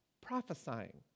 prophesying